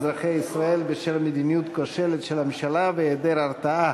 אזרחי ישראל בשל מדיניות כושלת של הממשלה והיעדר הרתעה.